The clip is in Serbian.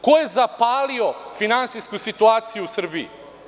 Ko je zapalio finansijsku situaciju u Srbiji?